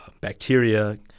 bacteria